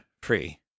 free